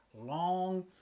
long